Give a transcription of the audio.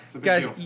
guys